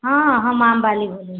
हँ हम आम बाली बजै छी